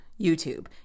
YouTube